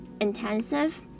intensive